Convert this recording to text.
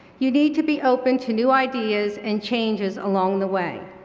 you need to be open to new ideas and changes along the way.